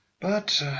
But